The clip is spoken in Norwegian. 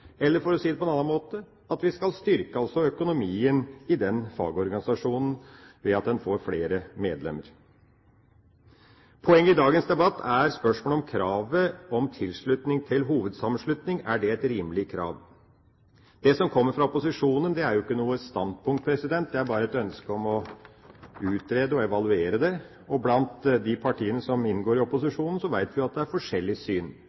for å si det på en annen måte – for at vi skal styrke økonomien i den fagorganisasjonen ved at den får flere medlemmer. Poenget i dagens debatt er spørsmålet om kravet om tilslutning til en hovedsammenslutning er et rimelig krav. Det som kommer fra opposisjonen, er ikke noe standpunkt – det er bare et ønske om å utrede og evaluere dette. Blant de partiene som inngår i opposisjonen, vet vi at det er forskjellig syn.